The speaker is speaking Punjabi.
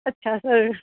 ਅੱਛਾ ਸਰ